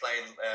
playing